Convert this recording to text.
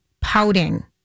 pouting